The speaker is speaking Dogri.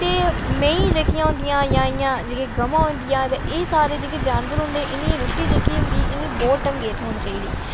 ते मेही जेह्कियां होंदिया जां जेह्की गवां होंदिया एह् सारे जेह्के जानवर होंदे इ'नें गी रुट्टी जेह्की इ'नें ई बहुत ढंगै दी थ्होनी चाहिदी